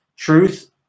truth